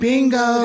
Bingo